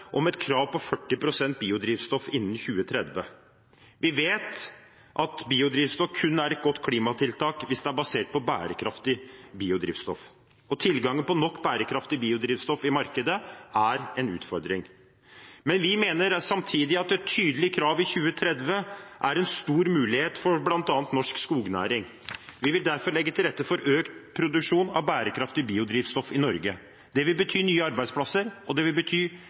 om et krav på 40 pst. biodrivstoff innen 2030. Vi vet at biodrivstoff kun er et godt klimatiltak hvis det er basert på bærekraftig biodrivstoff, og tilgangen på nok bærekraftig biodrivstoff i markedet er en utfordring. Men vi mener samtidig at et tydelig krav i 2030 er en stor mulighet for bl.a. norsk skognæring. Vi vil derfor legge til rette for økt produksjon av bærekraftig biodrivstoff i Norge. Det vil bety nye arbeidsplasser, og det vil bety